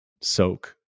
Soak